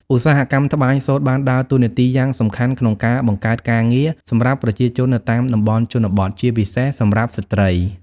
ឧស្សាហកម្មត្បាញសូត្របានដើរតួនាទីយ៉ាងសំខាន់ក្នុងការ បង្កើតការងារ សម្រាប់ប្រជាជននៅតាមតំបន់ជនបទ ជាពិសេសសម្រាប់ស្ត្រី។